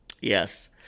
Yes